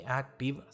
active